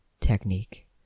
technique